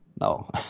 no